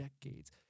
decades